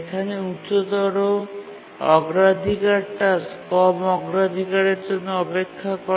এখানে উচ্চ অগ্রাধিকারের টাস্কটি নিম্ন অগ্রাধিকারের টাস্কের জন্য অপেক্ষা করে